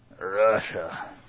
Russia